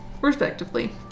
Respectively